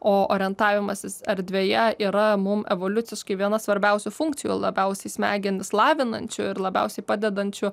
o orientavimasis erdvėje yra mum evoliuciškai viena svarbiausių funkcijų labiausiai smegenis lavinančių ir labiausiai padedančių